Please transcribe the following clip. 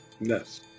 Yes